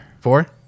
Four